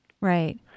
Right